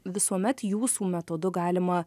visuomet jūsų metodu galima